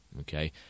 okay